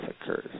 occurs